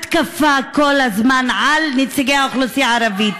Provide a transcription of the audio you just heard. כל הזמן התקפה על נציגי האוכלוסייה הערבית.